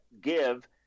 give